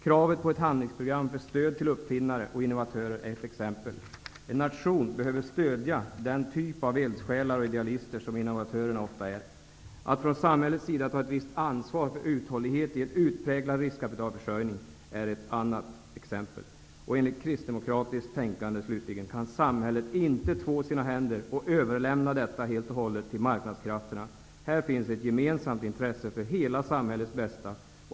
Kravet på ett handlingsprogram för stöd till uppfinnare och innovatörer är ett exempel. En nation behöver stödja den typ av eldsjälar och idealister som innovatörerna ofta är. Ett annat exempel är att från samhällets sida ta ett visst ansvar för uthållighet i en utpräglad riskkapitalförsörjning. Enligt kristdemokratiskt tänkande kan samhället inte två sina händer och överlämna utformandet av ett etiskt förhållningssätt helt och hållet till marknadskrafterna. Här finns ett gemensamt intresse för hela samhällets bästa.